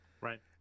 Right